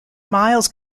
miles